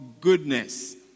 goodness